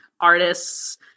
Artists